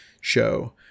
show